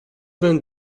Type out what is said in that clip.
vingt